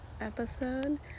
episode